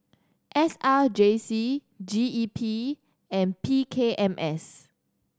S R J C G E P and P K M S